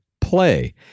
play